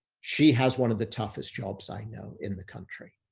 she has one of the toughest jobs i know in the country.